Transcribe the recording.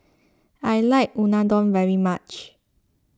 I like Unadon very much